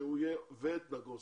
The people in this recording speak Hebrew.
ואת נגוסה.